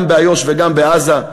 גם באיו"ש וגם בעזה,